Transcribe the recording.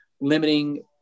limiting